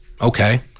okay